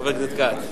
חבר הכנסת כץ.